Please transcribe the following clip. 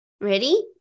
Ready